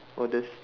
oh that's